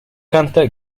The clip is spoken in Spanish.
canta